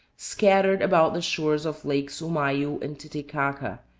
scattered about the shores of lakes umayu and titicaca,